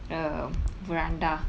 a veranda